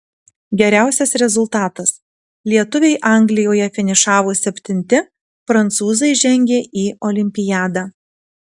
geriausias rezultatas lietuviai anglijoje finišavo septinti prancūzai žengė į olimpiadą